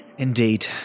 Indeed